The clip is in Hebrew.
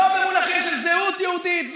לא במונחים של זהות יהודית,